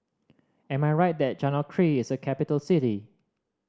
am I right that Conakry is a capital city